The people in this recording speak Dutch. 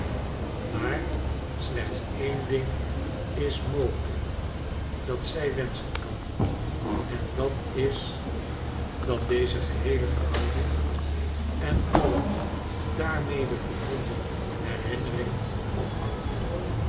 maar slechts één ding is mogelijk dat zij wenschen kan en dat is dat deze geheele verhouding en alle daarmede verbonden herinnering ophouden